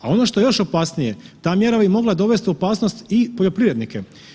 A ono što je još opasnije, ta mjera bi mogla dovest u opasnost i poljoprivrednike.